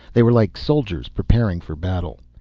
they were like soldiers preparing for battle.